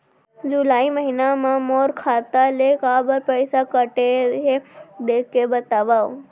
जुलाई महीना मा मोर खाता ले काबर पइसा कटे हे, देख के बतावव?